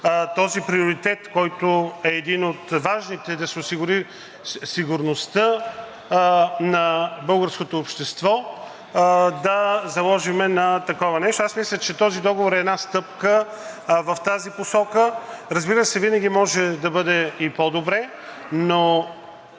този приоритет, който е един от важните – да се осигури сигурността на българското общество, да заложим на такова нещо. Аз мисля, че този договор е една стъпка в тази посока. Разбира се, винаги може да бъде и по-добре, но